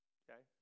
okay